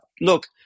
Look